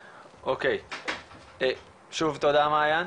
אוקי, שוב תודה מעיין.